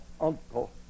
Uncle